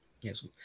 Yes